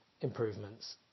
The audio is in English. improvements